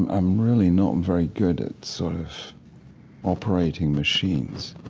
and i'm really not very good at sort of operating machines,